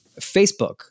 Facebook